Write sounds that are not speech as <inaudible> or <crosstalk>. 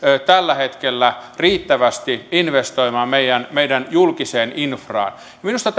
tällä hetkellä riittävästi investoimaan meidän meidän julkiseen infraan minusta <unintelligible>